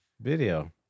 video